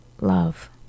love